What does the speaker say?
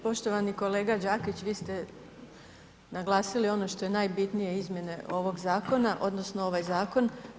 Poštovani kolega Đakić, vi ste naglasili ono što je najbitnije, izmjene ovog zakona, odnosno ovaj zakon.